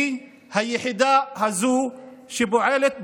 היא היחידה הזו שפועלת בדרום,